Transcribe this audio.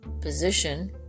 position